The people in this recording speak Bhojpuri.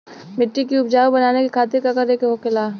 मिट्टी की उपजाऊ बनाने के खातिर का करके होखेला?